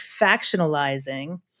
factionalizing